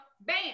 Bam